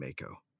Mako